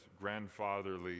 grandfatherly